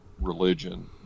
religion